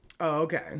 okay